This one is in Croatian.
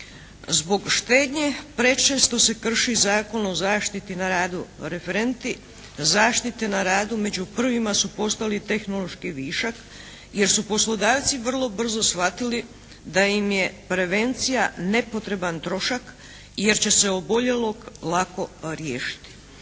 Zbog štednje prečesto se krši Zakon o zaštiti na radu. Referentni zaštite na radu među prvima su postali tehnološki višak jer su poslodavci vrlo brzo shvatili da im je prevencija nepotreban trošak, jer će se oboljelog lako riješiti.